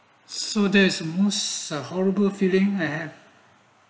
so there is almost a horrible feeling hair